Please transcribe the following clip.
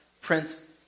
Prince